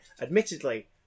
admittedly